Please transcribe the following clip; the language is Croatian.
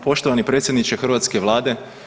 Poštovani predsjedniče hrvatske vlade.